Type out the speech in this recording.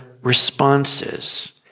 responses